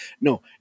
No